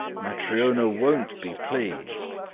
matryona won't be pleased!